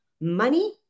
money